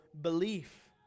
belief